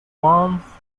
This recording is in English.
once